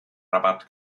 rabat